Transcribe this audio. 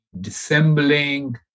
dissembling